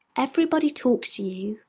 everybody talks to you,